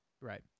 Right